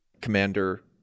Commander